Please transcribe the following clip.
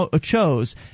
chose